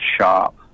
shop